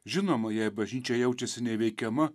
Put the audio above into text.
žinoma jei bažnyčia jaučiasi neįveikiama